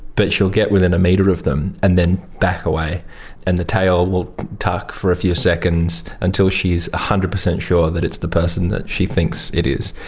but she will get within a metre of them and then back away and the tail will tuck for a few seconds until she is one hundred percent sure that it's the person that she thinks it is,